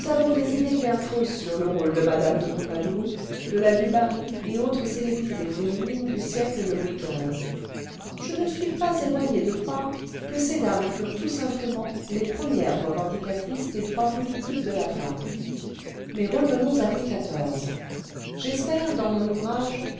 des idées bien fausses sur le rôle de mme de pompadour de la dubarry et autres célébrités féminines du siècle de louis xv je ne suis pas éloigné de croireque ces dames furent tout simplement les premières revendicatrices desdroits politiques de la femme mais revenons à louis xiv j'espère dans mon ouvrage